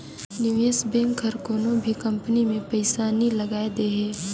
निवेस बेंक हर कोनो भी कंपनी में पइसा नी लगाए देहे